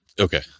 Okay